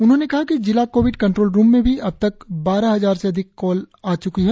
उन्होंने कहा कि जिला कोविड कंट्रोल रुम में भी अबतक बारह हजार से अधिक कॉल आ च्की है